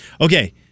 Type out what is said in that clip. okay